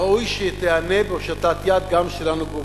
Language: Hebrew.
ראוי שהיא תיענה בהושטת יד גם שלנו באופוזיציה.